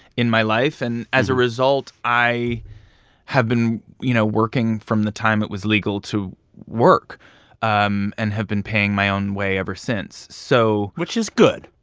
in my life. and as a result, i have been, you know, working from the time it was legal to work um and have been paying my own way ever since. so. which is good.